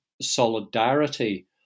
Solidarity